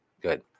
Good